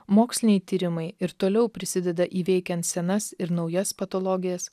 moksliniai tyrimai ir toliau prisideda įveikiant senas ir naujas patologijas